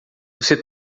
você